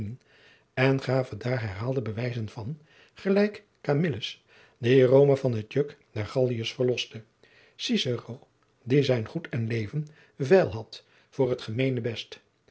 en gaven daar herhaalde bewijzen van gelijk camillus die rome van het juk der galliërs verloste cicero die zijn goed en leven veil had voor het gemeenebest